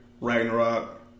Ragnarok